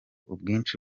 ubwinshi